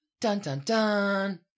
Dun-dun-dun